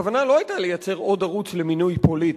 הכוונה לא היתה לייצר עוד ערוץ למינוי פוליטי,